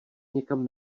někam